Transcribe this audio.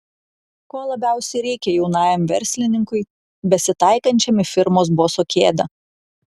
ko labiausiai reikia jaunajam verslininkui besitaikančiam į firmos boso kėdę